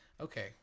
okay